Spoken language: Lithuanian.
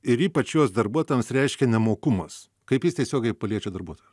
ir ypač jos darbuotojams reiškia nemokumas kaip jis tiesiogiai paliečia darbuotojus